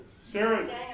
Sarah